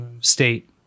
state